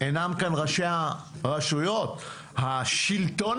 אינם כאן ראשי הרשויות, השלטון